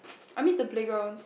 I miss the playground